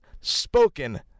spoken